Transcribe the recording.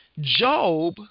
Job